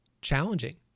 challenging